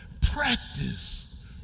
practice